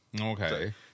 Okay